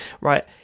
right